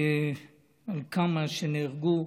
על כמה שנהרגו,